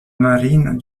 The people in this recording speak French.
marine